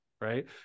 Right